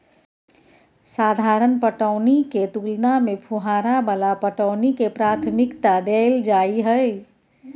साधारण पटौनी के तुलना में फुहारा वाला पटौनी के प्राथमिकता दैल जाय हय